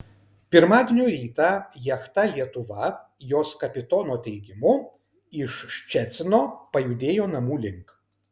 pirmadienio rytą jachta lietuva jos kapitono teigimu iš ščecino pajudėjo namų link